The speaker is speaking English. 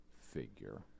figure